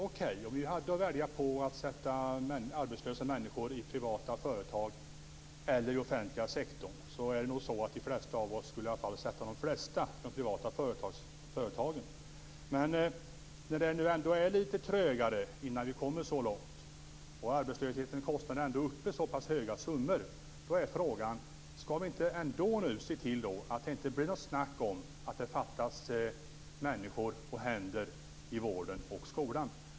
Om vi hade att välja mellan att sätta arbetslösa människor i privata företag eller i den offentliga sektorn skulle nog de flesta av oss sätta de flesta i de privata företagen. Men när det nu är litet trögare innan vi kommer så långt och när arbetslösheten kostar så mycket är frågan om vi ändå inte skall se till att det inte blir något snack om att det fattas människor, fler händer, i vården och skolan.